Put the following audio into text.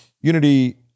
unity